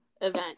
Event